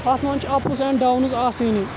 اَتھ منٛز چھِ اَپٕز اینڈ ڈاونٕز آسٲنی